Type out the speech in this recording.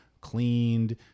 cleaned